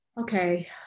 okay